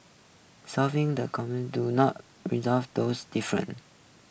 solving the common do not result those differences